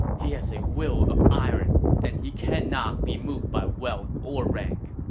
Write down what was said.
he has a will of iron, and he cannot be moved by wealth or rank.